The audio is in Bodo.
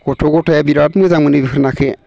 गथ' गथायआ बिराद मोजां मोनो बिफोर नाखो